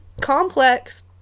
complex